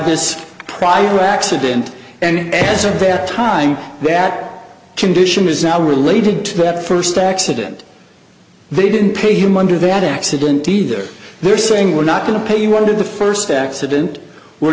this prior accident and has a bad time bad condition is now related to that first accident they didn't pay him under that accident either they're saying we're not going to pay you one of the first accident we're